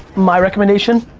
my recommendation?